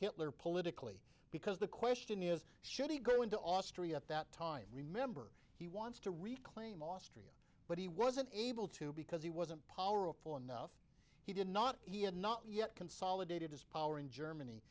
hitler politically because the question is should he go into austria at that time remember he wants to reclaim austria but he wasn't able to because he wasn't poller awful enough he did not he had not yet consolidated his power in germany